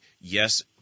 yes